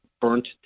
burnt